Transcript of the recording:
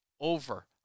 over